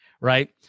right